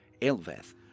Elveth